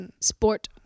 sport